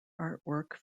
artwork